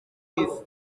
minsi